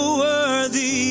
worthy